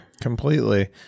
completely